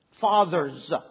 Fathers